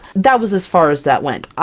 that was as far as that went.